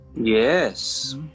Yes